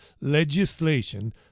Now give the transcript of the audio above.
legislation